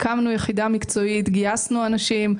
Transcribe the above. הקמנו יחידה מקצועית גייסנו אנשים,